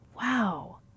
wow